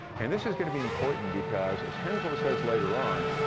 and this is gonna be important because, as henslow says later on,